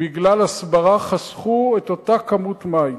בגלל הסברה, חסכו את אותה כמות מים.